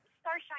starshine